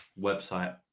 website